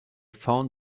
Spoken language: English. found